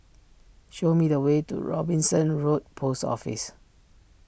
show me the way to Robinson Road Post Office